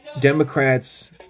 Democrats